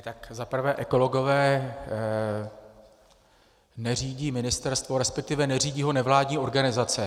Tak za prvé ekologové neřídí ministerstvo, respektive neřídí ho nevládní organizace.